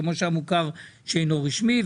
כמו המוכר שאינו רשמי,